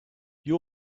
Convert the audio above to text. you